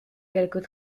quelques